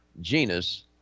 genus